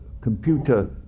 computer